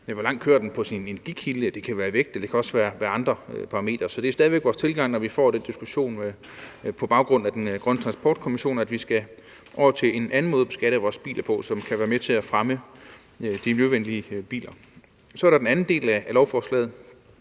hvor langt bilen kører på sin energikilde, det kan være vægt, eller det kan også være andre parametre. Så det er stadig væk vores tilgang, når man får den diskussion på baggrund af den grønne transportkommission, at man skal over til en anden måde at beskatte bilerne på, som kan være med til at fremme de miljøvenlige biler. Så er der den anden del af lovforslaget,